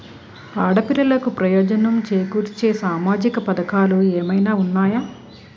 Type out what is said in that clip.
ఆడపిల్లలకు ప్రయోజనం చేకూర్చే సామాజిక పథకాలు ఏమైనా ఉన్నాయా?